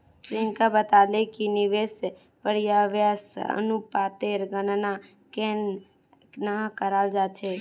प्रियंका बताले कि निवेश परिव्यास अनुपातेर गणना केन न कराल जा छेक